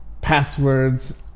passwords